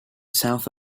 south